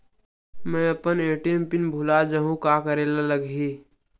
मैं अपन ATM PIN भुला जहु का करे ला लगही?